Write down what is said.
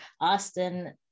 Austin